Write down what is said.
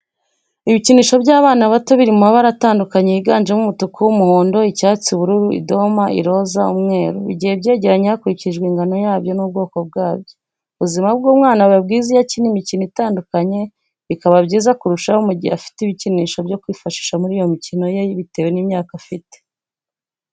Ibikinisho by'abana bato biri mu mabara atandukanye yiganjemo umutuku, umuhondo, icyatsi ,ubururu, idoma, iroza, umweru, bigiye byegeranye hakurikijwe ingano yabyo n'ubwokobwabyo, ubuzima bw'umwana buba bwiza iyo akina imikino itandukanye, bikaba byiza kurushaho mu gihe afite ibikinisho byo kwifashisha muri iyo mikino ye bitewe n'imyaka afite.